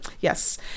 Yes